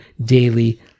daily